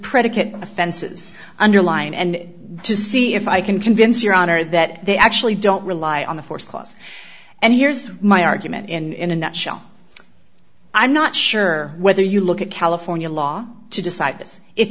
predicate offenses underlying and to see if i can convince your honor that they actually don't rely on the force clause and here's my argument in in a nutshell i'm not sure whether you look at california law to decide